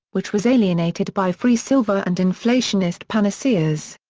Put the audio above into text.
which was alienated by free silver and inflationist panaceas.